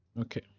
Okay